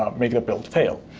um make the build fail.